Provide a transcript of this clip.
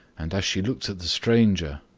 and as she looked at the stranger,